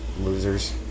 Losers